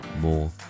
more